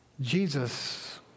Jesus